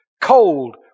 cold